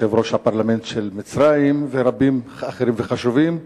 יושב-ראש הפרלמנט של מצרים ורבים אחרים וחשובים.